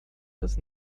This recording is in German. das